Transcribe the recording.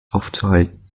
aufzuhalten